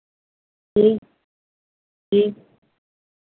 जी जी